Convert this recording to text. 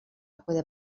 poder